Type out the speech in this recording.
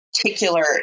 particular